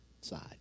side